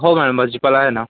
हो मॅडम भाजीपाला आहे ना